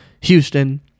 Houston